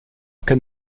can